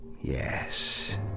Yes